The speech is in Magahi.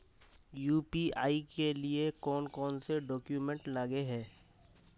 यु.पी.आई के लिए कौन कौन से डॉक्यूमेंट लगे है?